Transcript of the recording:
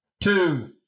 Two